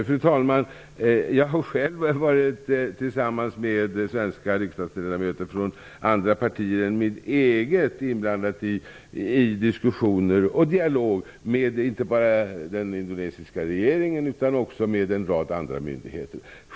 Fru talman! Jag har själv tillsammans med svenska riksdagsledamöter från andra partier än mitt eget varit inblandad i diskussioner och dialog inte bara med den indonesiska regeringen utan också med en rad andra myndigheter.